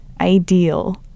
ideal